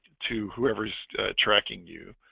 to whoever's tracking you